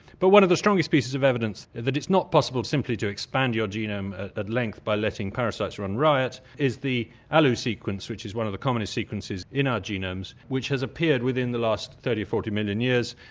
but one of the strongest pieces of evidence that it's not possible simply to expand your genome at length by letting parasites run riot is the alu sequence, which is one of the commonest sequences in our genomes, which has appeared in the last thirty or forty million years.